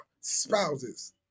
spouses